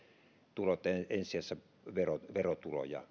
tulot ovat ensi sijassa verotuloja